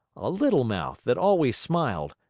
a little mouth that always smiled,